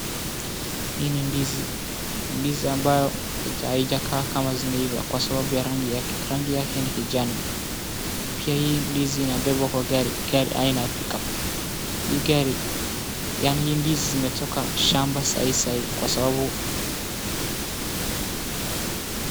Hii ni ndizi. Ni ndizi ambayo haijakaa kama zimeiva, kwa sababu ya rangi yake. Rangi yake ni kijani. Pia hii ndizi inabebwa kwa gari, gari aina ya Pickup. Hii gari, yaani hii ndizi zimetoka shamba saa hii saa hii kwa sababu...